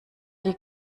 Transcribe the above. die